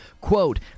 quote